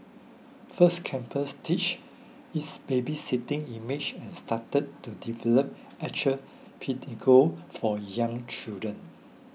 First Campus ditched its babysitting image and started to develop actual pedagogue for young children